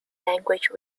language